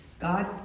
God